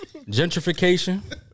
gentrification